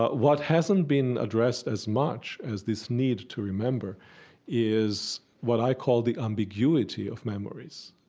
but what hasn't been addressed as much as this need to remember is what i call the ambiguity of memories.